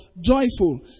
joyful